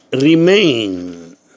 remain